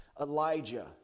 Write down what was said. Elijah